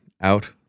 out